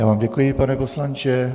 Já vám děkuji, pane poslanče.